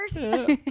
first